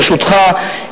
ברשותך,